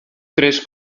tres